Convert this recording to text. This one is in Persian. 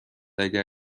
اگر